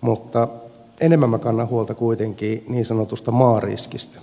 mutta enemmän minä kannan huolta kuitenkin niin sanotusta maariskistä